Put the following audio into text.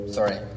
Sorry